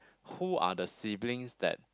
who are the siblings that